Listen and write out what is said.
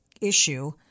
issue